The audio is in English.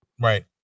Right